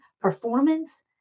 performance